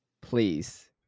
please